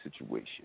situation